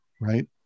right